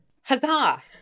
Huzzah